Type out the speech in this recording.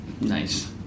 Nice